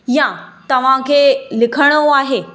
या तव्हांखे लिखणो आहे